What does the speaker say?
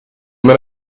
man